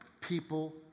people